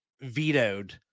vetoed